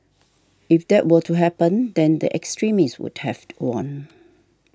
if that were to happen then the extremists would have won